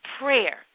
Prayer